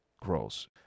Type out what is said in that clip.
grows